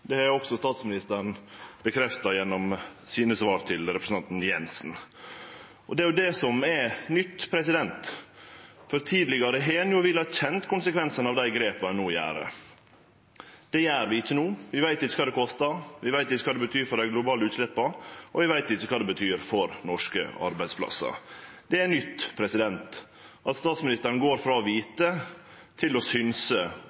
Det har statsministeren bekrefta gjennom svara sine til representanten Siv Jensen. Det er det som er nytt, for tidlegare har ein vilja kjenne konsekvensane av dei grepa ein tek. Det gjer vi ikkje no. Vi veit ikkje kva det kostar, vi veit ikkje kva det betyr for dei globale utsleppa, og vi veit ikkje kva det betyr for norske arbeidsplassar. Det er nytt at statsministeren går frå å vite til å synse om så store konsekvensar og med så mykje pengar på spel. Vi